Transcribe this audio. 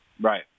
Right